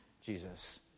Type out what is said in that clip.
Jesus